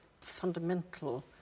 fundamental